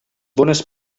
bones